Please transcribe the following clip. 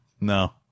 No